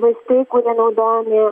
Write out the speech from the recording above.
vaistai kurie naudojami